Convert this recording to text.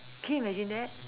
can you imagine that